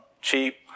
cheap